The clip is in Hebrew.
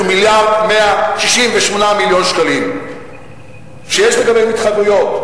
הוא מיליארד 168 מיליון שקלים שיש לגביהם התחייבויות.